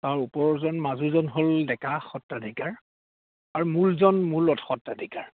তাৰ ওপৰজন মাজুজন হ'ল ডেকা সত্ৰাধিকাৰ আৰু মূলজন সত্ৰাধিকাৰ